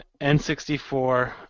N64